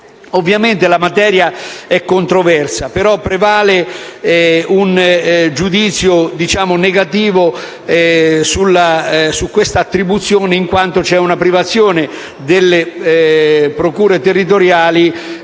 Ovviamente, la materia è controversa, ma prevale un giudizio negativo su questa attribuzione, in quanto c'è una privazione delle procure territoriali